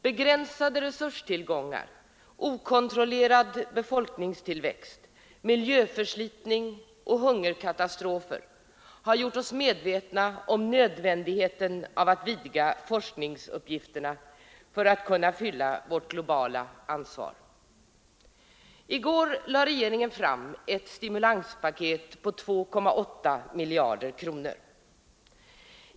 Begränsade resurstillgångar, okontrollerad befolkningstillväxt, miljöförslitning och hungerkatastrofer har gjort oss medvetna om nödvändigheten av att vidga forskningsuppgifterna för att vi skall kunna fylla vårt globala ansvar. I går lade regeringen fram ett stimulanspaket på 2,8 miljarder kronor.